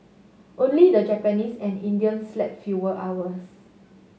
only the Japanese and Indians slept fewer hours